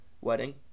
wedding